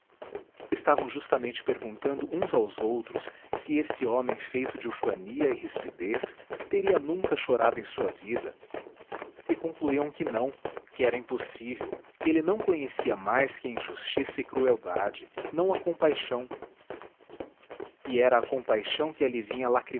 estavam justamente perguntando uns aos outros se esse homem feito de ufania e rispidez teria nunca chorado em sua vida e concluíam que não que era impossível que ele não conhecia mais que injustiça e crueldade não a compaixão e era a compaixão que ali vinha